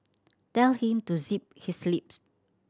tell him to zip his lip